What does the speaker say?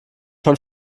von